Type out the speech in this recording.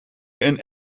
een